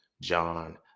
John